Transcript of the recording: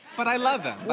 but i love him,